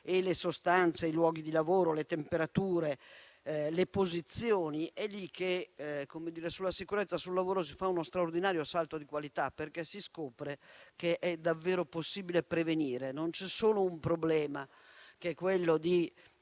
e le sostanze e i luoghi di lavoro, le temperature, le posizioni, è lì che sulla sicurezza sul lavoro si fa uno straordinario salto di qualità, perché si scopre che è davvero possibile prevenire. Non c'è solo il problema di